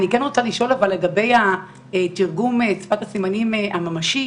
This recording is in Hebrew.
אני כן רוצה לשאול לגבי התרגום שפת הסימנים הממשי,